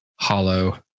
Hollow